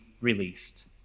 released